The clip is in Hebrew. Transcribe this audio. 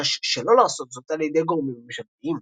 שלא לעשות זאת על ידי גורמים ממשלתיים.